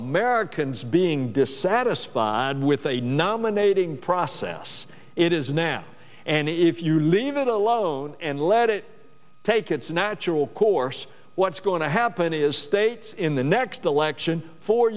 americans being dissatisfied with a nominating process it is now and if you leave it alone and let it take its natural course what's going to happen is states in the next election four